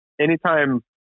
anytime